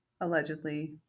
allegedly